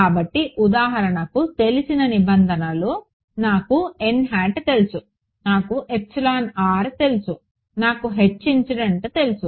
కాబట్టి ఉదాహరణకు తెలిసిన నిబంధనలు నాకు తెలుసు నాకు తెలుసు నాకు తెలుసు